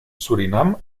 surinam